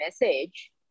message